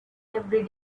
every